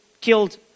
killed